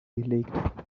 gelegt